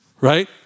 right